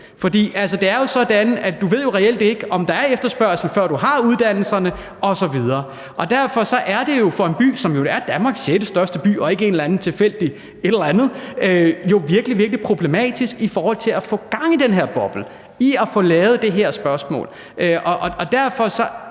at du reelt ikke ved, om der er efterspørgsel, før du har uddannelserne osv. Derfor er det jo for en by, som er Danmarks sjettestørste by og ikke en eller anden tilfældig by, virkelig, virkelig problematisk i forhold til at få gang i den her boble og i forhold til at få